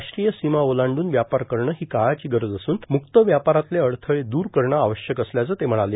राष्ट्रीय सीमा ओलांडून व्यापार करणं हो काळाची गरज असून मुक्त व्यापारातले अडथळे दूर करणं आवश्यक असल्याचं ते म्हणाले